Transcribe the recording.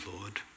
Lord